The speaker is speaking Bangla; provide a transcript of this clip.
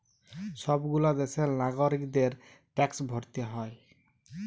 সব গুলা দ্যাশের লাগরিকদের ট্যাক্স ভরতে হ্যয়